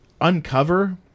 uncover